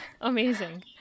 Amazing